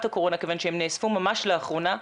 הקורונה כיוון שהם נאספו ממש לאחרונה.